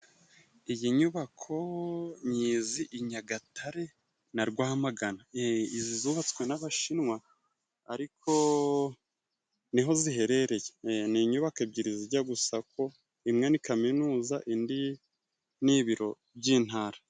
Iyi nyubako nyizi i Nyagatare na Rwamagan, izi zubatswe n'abashinwa ariko niho ziherereye ni inyubako ebyiri zijya gusa ko imwe ni kaminuza indi ni ibiro by'intara.